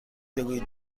بگویید